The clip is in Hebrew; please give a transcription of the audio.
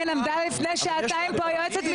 אולי אתם צודקים וראוי לאפשר בהליך רפואי,